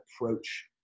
approach